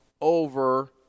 over